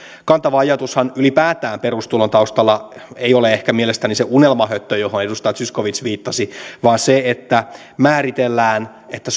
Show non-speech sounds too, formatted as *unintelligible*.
kantava ajatushan ylipäätään perustulon taustalla ei ole ehkä mielestäni se unelmahöttö johon edustaja zyskowicz viittasi vaan se että määritellään että *unintelligible*